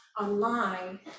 online